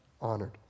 honored